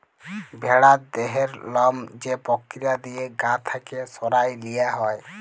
ভেড়ার দেহের লম যে পক্রিয়া দিঁয়ে গা থ্যাইকে সরাঁয় লিয়া হ্যয়